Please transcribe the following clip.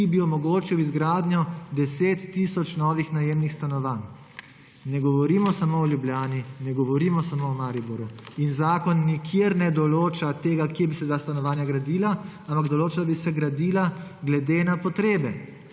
ki bi omogočil izgradnjo 10 tisoč novih najemnih stanovanj. Ne govorimo samo o Ljubljani, ne govorimo samo o Mariboru. In zakon nikjer ne določa tega, kje bi se ta stanovanja gradila, ampak določa, da bi se gradila glede na potrebe.